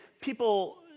people